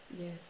Yes